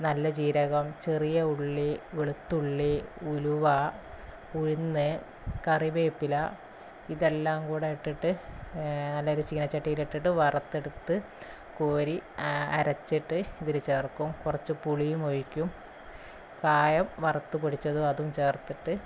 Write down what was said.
നല്ല ജീരകം ചെറിയ ഉള്ളി വെളുത്തുള്ളി ഉലുവ ഉഴുന്ന് കറിവേപ്പില ഇതെല്ലാങ്കൂടെ ഇട്ടിട്ട് നല്ലൊരു ചീനച്ചട്ടിയിലിട്ടിട്ട് വറുത്തെടുത്ത് കോരി അരച്ചിട്ട് ഇതില് ചേർക്കും കുറച്ച് പുളിയുമൊഴിക്കും കായം വറുത്തു പൊടിച്ചത് അതും ചേര്ത്തിട്ട്